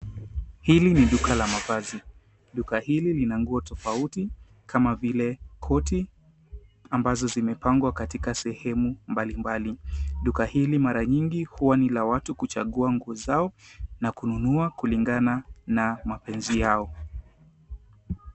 Hili ni duka la mavazi. Duka hili lina nguo tofauti, kama vile koti, ambazo zimepangwa katika sehemu mbalimbali. Duka hili mara nyingi huwa ni la watu kuchagua nguo zao, na kununua kulingana na mapenzi yao.